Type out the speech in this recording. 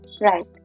right